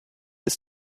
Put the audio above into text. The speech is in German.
ist